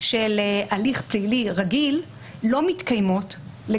של הליך פלילי רגיל לא מתקיימות למשל